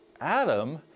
Adam